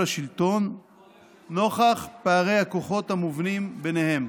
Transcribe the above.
השלטון נוכח פערי הכוחות המובנים ביניהם.